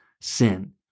sin